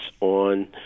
on